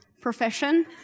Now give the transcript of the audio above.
profession